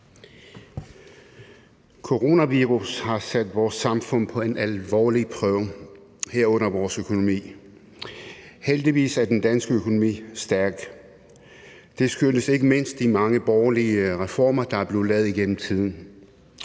Coronavirus har sat vores samfund på en alvorlig prøve, herunder vores økonomi. Heldigvis er den danske økonomi stærk. Det skyldes ikke mindst de mange borgerlige reformer, der er blevet lavet igennem tiden.